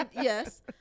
Yes